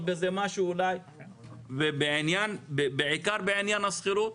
עם זה משהו ובעיקר בעניין השכירות.